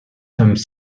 sommes